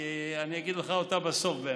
כי אני אגיד לך אותה בסוף,